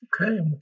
Okay